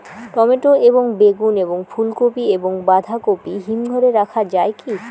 Tomato এবং বেগুন এবং ফুলকপি এবং বাঁধাকপি হিমঘরে রাখা যায় কি?